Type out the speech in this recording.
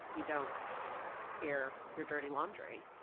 you don't air your dirty laundry.